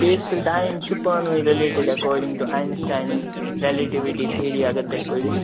space تہٕ time چھُ پانہٕ وٲنۍ related according to Einstein relativity theory اگر تُہۍ پٔرِو